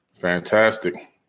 Fantastic